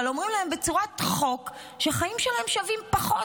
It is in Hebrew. אבל אומרים להם בצורת חוק שהחיים שלהם שווים פחות.